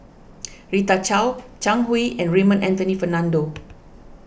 Rita Chao Zhang Hui and Raymond Anthony Fernando